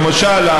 למשל,